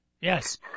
yes